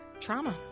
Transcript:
trauma